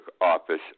office